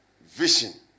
vision